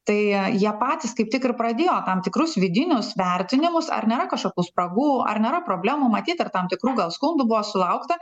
tai jie patys kaip tik ir pradėjo tam tikrus vidinius vertinimus ar nėra kažkokių spragų ar nėra problemų matyt ir tam tikrų gal skundų buvo sulaukta